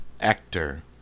actor